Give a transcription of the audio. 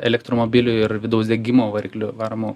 elektromobilių ir vidaus degimo varikliu varomų